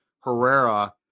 Herrera